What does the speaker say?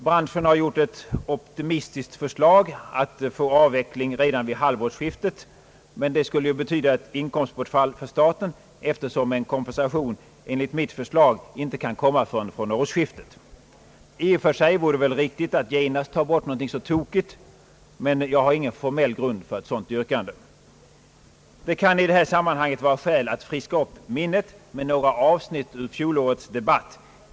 Branschen har gjort ett optimistiskt förslag att få skatten avvecklad redan vid halvårsskiftet, men det skulle ju betyda ett inkomstbortfall för staten, eftersom en kompensation enligt mitt förslag inte kan komma förrän från årsskiftet med den högre momsen. I och för sig vore det väl riktigt att genast ta bort någonting så tokigt, men jag har ingen formell grund för ett sådant yrkande. Det kan i detta sammanhang vara skäl att friska upp minnet med några avsnitt ur fjolårets debatt.